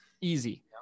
Easy